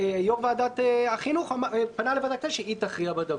ויו"ר ועדת החינוך פנה לוועדת הכנסת שהיא תחזיר בדבר.